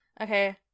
Okay